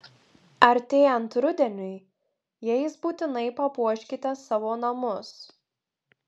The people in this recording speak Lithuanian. artėjant rudeniui jais būtinai papuoškite savo namus